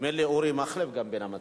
נדמה לי שגם אורי מקלב בין המציעים.